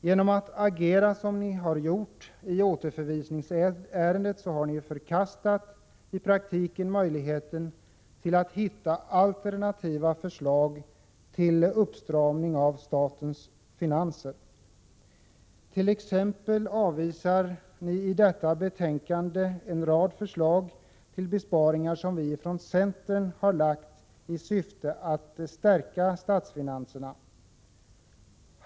Genom att agera som ni gjorde i återförvisningsärendet har ni i praktiken förkastat möjligheten att hitta alternativa förslag till uppstramning av statens finanser. Ni avvisar t.ex. i detta betänkande en rad förslag till besparingar som vi från centern har lagt fram i syfte att stärka statsfinanserna.